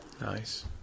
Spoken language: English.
Nice